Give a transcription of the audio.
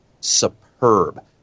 superb